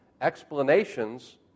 Explanations